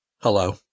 Hello